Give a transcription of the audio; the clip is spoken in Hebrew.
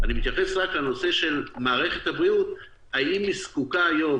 אני מתייחס רק לנושא מערכת הבריאות והאם היא זקוקה היום